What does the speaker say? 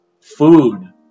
food